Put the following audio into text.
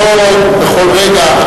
לא בכל רגע,